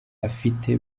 afite